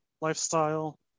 lifestyle